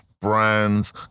brands